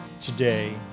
today